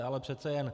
Ale přece jen.